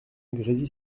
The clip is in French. grésy